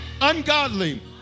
ungodly